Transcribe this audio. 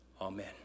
Amen